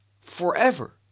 forever